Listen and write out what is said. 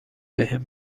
بهم